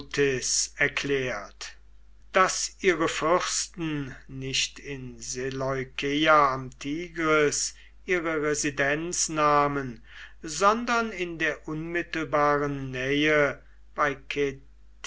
erklärt daß ihre fürsten nicht in seleukeia am tigris ihre residenz nahmen sondern in der unmittelbaren nähe bei